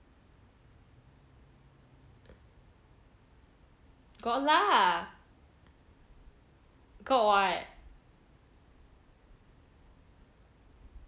got lah got what